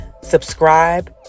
Subscribe